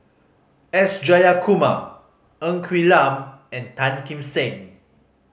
S Jayakumar Ng Quee Lam and Tan Kim Seng